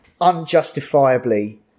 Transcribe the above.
unjustifiably